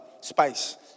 spice